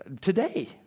Today